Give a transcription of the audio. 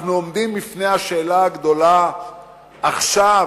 אנחנו עומדים בפני השאלה הגדולה עכשיו,